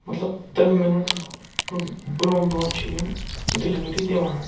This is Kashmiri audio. مطلب تٕرٛہ مِنَٹ برٛونٛہہ برٛونٛہہ چھِ یِم ڈیٚلؤری دِوان